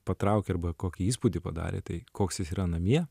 patraukė arba kokį įspūdį padarė tai koks jis yra namie